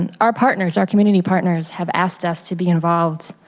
and our partners, our community partners have asked us to be involved